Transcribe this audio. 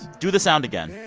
do the sound again